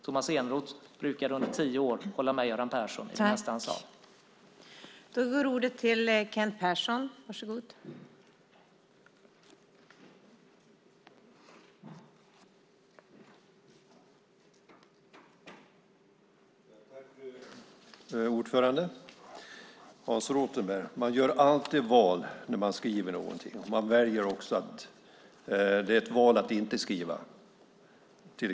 Tomas Eneroth brukade under tio år hålla med Göran Persson om det mesta som han sade.